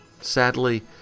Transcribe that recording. Sadly